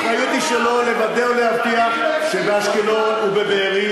האחריות היא שלו לוודא ולהבטיח שבאשקלון ובבארי